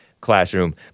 classroom